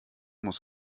muss